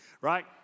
Right